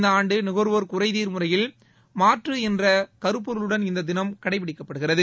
இந்த ஆண்டு நுகர்வோர் குறைதீர் முறையில் மாற்று என்ற கருப்பொருளுடன் இந்த தினம் கடைபிடிக்கப்படுகிறது